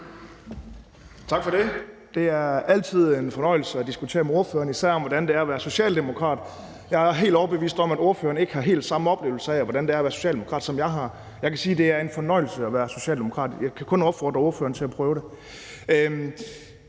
Tak for det. Det er altid en fornøjelse at diskutere med hr. Kim Edberg Andersen, især om, hvordan det er at være socialdemokrat. Jeg er helt overbevist om, at hr. Kim Edberg Andersen ikke har helt samme oplevelse af, hvordan det er at være socialdemokrat, som jeg har. Jeg kan sige, at det er en fornøjelse at være socialdemokrat. Jeg kan kun opfordre hr. Kim Edberg Andersen til at prøve det.